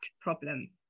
problem